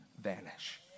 vanish